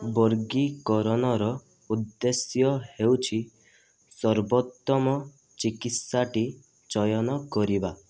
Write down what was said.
ବର୍ଗୀକରଣର ଉଦ୍ଦେଶ୍ୟ ହେଉଛି ସର୍ବୋତ୍ତମ ଚିକିତ୍ସାଟି ଚୟନ କରିବା